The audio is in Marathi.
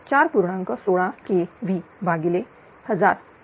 16kV भागिले 1000 बरोबर